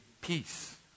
peace